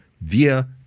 via